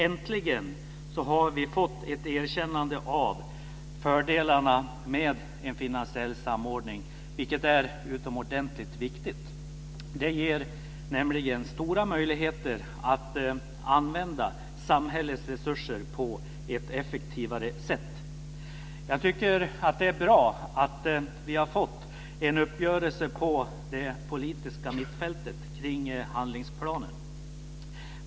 Äntligen har vi fått ett erkännande av fördelarna med en finansiell samordning. Det är utomordentligt viktigt. Det ger nämligen stora möjligheter att använda samhällets resurser på ett effektivare sätt. Jag tycker att det är bra att vi har fått en uppgörelse på det politiska mittfältet omkring handlingsplanen.